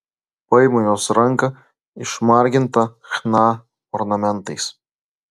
paimu jos ranką išmargintą chna ornamentais